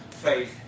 faith